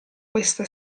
questa